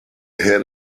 head